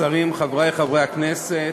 השרים, חברי חברי הכנסת